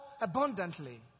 abundantly